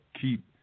keep